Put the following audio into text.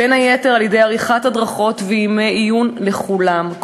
בין היתר על-ידי עריכת הדרכות וימי עיון לכולם,